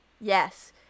Yes